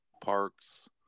Parks